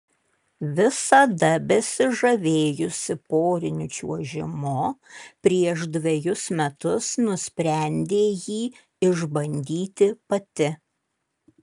visada besižavėjusi poriniu čiuožimu prieš dvejus metus nusprendė jį išbandyti pati